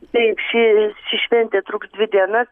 taip ši ši šventė truks dvi dienas